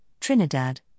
Trinidad